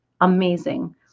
amazing